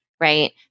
right